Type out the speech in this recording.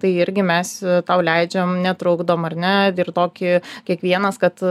tai irgi mes tau leidžiam netrukdom ar ne ir tokį kiekvienas kad